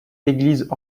église